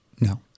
no